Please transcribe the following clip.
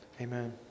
Amen